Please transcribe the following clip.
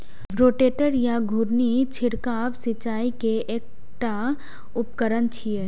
rotator या घुर्णी छिड़काव सिंचाइ के एकटा उपकरण छियै